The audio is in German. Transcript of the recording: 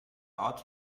art